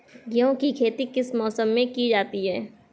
गेहूँ की खेती किस मौसम में की जाती है?